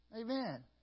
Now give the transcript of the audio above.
amen